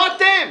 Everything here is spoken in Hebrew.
לא אתם.